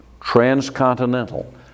transcontinental